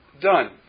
done